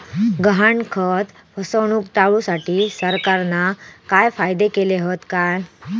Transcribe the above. गहाणखत फसवणूक टाळुसाठी सरकारना काय कायदे केले हत काय?